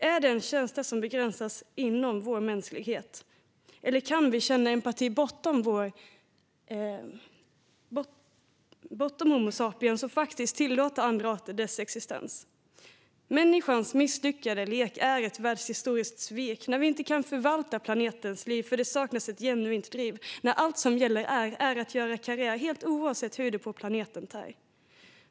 Är det tjänster som begränsas inom vår mänsklighet, eller kan vi känna empati bortom Homo sapiens och faktiskt tillåta andra arter deras existens? Människans misslyckade lek är ett världshistoriskt svek när vi inte kan förvalta planetens liv eftersom det saknas ett genuint driv, när allt som gäller är att göra karriär helt oavsett hur det på planeten tär.